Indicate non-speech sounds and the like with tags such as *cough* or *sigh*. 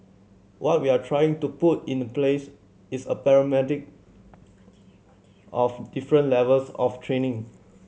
what we're trying to put in place is a *unintelligible* of different levels of training